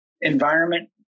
environment